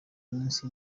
iminsi